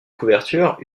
couverture